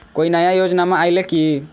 कोइ नया योजनामा आइले की?